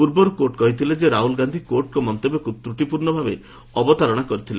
ପୂର୍ବରୁ ଅଦାଲତ କହିଥିଲେ ଯେ ରାହୁଲ ଗାନ୍ଧୀ କୋର୍ଟଙ୍କ ମନ୍ତବ୍ୟକୁ ତ୍ରଟିପୂର୍ଣ୍ଣ ଭାବେ ଅବତାରଣ କରିଥିଲେ